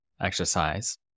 exercise